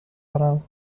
دارم